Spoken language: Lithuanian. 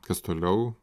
kas toliau